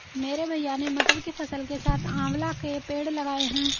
मेरे भैया ने मटर की फसल के साथ आंवला के पेड़ लगाए हैं